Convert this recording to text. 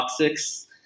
toxics